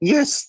Yes